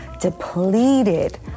depleted